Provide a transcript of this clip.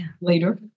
later